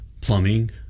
plumbing